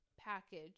package